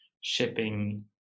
shipping